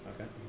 okay